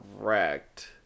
correct